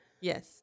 Yes